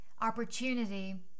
opportunity